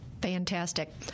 Fantastic